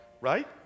Right